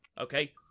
Okay